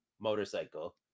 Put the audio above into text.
motorcycle